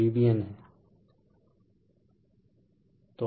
यह Vbn हैं